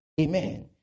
amen